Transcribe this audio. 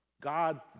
God